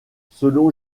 selon